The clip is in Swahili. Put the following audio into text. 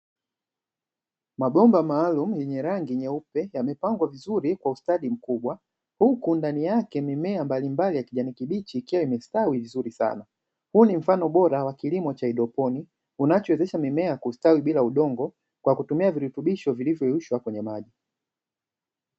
Mabomba maalumu yenye rangi nyeupe yamepangwa vizuri kwa ustadi mkubwa huku ndani yake mimea mbalimbali ya kijani kibichi ikiwa imestawi vizuri sana. Huu ni mfano bora wa kilimo cha haidroponi unachowezesha mimea kustawi bila udongo kwa kutumia virutubisho vilivyoyeyushwa kwenye maji.